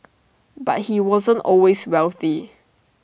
but he wasn't always wealthy